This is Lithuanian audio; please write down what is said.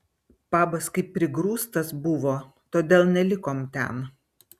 pabas kaip prigrūstas buvo todėl nelikom ten